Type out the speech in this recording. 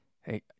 hey